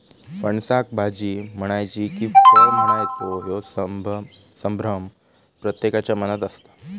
फणसाक भाजी म्हणायची कि फळ म्हणायचा ह्यो संभ्रम प्रत्येकाच्या मनात असता